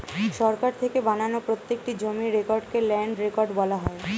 সরকার থেকে বানানো প্রত্যেকটি জমির রেকর্ডকে ল্যান্ড রেকর্ড বলা হয়